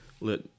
let